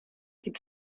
gibt